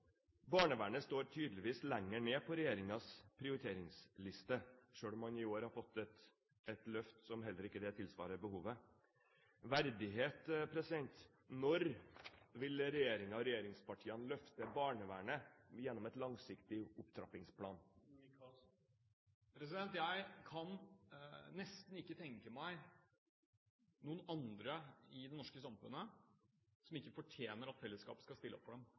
Barnevernet står tydeligvis lenger ned på regjeringens prioriteringsliste, selv om det i år har fått et løft, som heller ikke tilsvarer behovet. Verdighet: Når vil regjeringen og regjeringspartiene løfte barnevernet gjennom en langsiktig opptrappingsplan? Jeg kan nesten ikke tenke meg noen andre i det norske samfunnet som ikke fortjener at fellesskapet skal stille opp for dem.